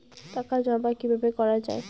টাকা জমা কিভাবে করা য়ায়?